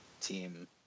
team